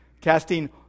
casting